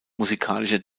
musikalischer